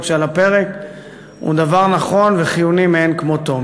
שעל הפרק הוא נכון וחיוני מאין כמותו,